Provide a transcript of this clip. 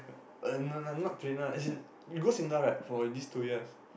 uh no no not trainer as in you go Sinda right for these two years